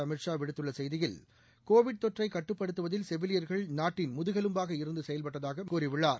அமித் ஷா விடுத்துள்ள செய்தியில் கோவிட் தொற்றை கட்டுப்படுத்துவதில் செவிலியர்கள் நாட்டின் முதுகெலும்பாக இருந்து செயல்பட்டதாக மத்திய கூறியுள்ளார்